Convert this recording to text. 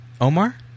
Omar